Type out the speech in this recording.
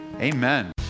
Amen